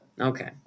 okay